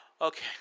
Okay